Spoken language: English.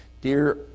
Dear